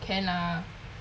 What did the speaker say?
can lah